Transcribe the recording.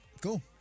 cool